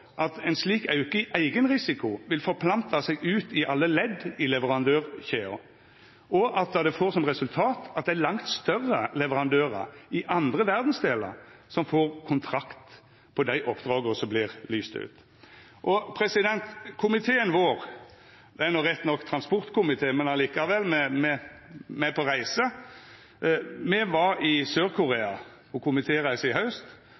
at ein slik auke i eigen risiko vil forplanta seg ut i alle ledd i leverandørkjeda, og at det får som resultat at det er langt større leverandørar i andre verdsdelar som får kontrakt på dei oppdraga som vert lyste ut. Komiteen vår – det er rett nok transportkomiteen – var på komitéreise i Sør-Korea i haust, og då me var